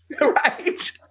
Right